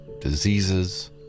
diseases